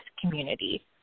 community